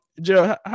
Joe